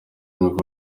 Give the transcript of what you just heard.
mikuru